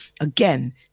Again